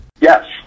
Yes